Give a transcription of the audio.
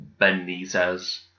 Benitez